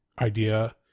idea